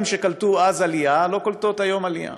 שקלטו אז עלייה לא קולטות היום עלייה,